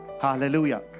Hallelujah